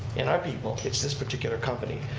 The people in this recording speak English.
in our people, it's this particular company.